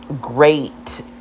great